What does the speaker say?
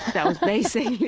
that was basically